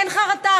אין חרטה.